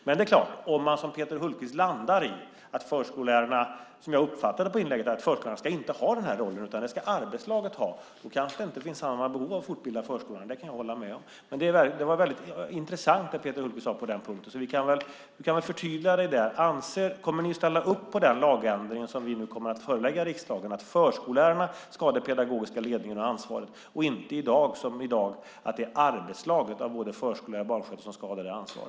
Men det är klart att om man som Peter Hultqvist landar i att förskollärarna, som jag uppfattade av inlägget, inte ska ha denna roll, utan att arbetslaget ska ha den, kanske det inte finns samma behov av fortbildning i förskolan. Det kan jag hålla med om. Det som Peter Hultqvist sade var väldigt intressant på den punkten. Du kan väl förtydliga dig. Kommer ni att ställa upp på den lagändring som vi nu kommer att förelägga riksdagen, att förskollärarna ska ha den pedagogiska ledningen och ansvaret och inte, som i dag, att det är arbetslaget med både förskollärare och barnskötare som ska ha detta ansvar?